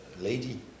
lady